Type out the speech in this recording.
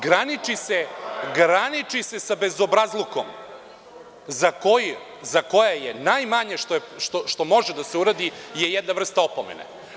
Graniči se sa bezobrazlukom za koji je najmanje što može da se uradi, je jedna vrsta opomene.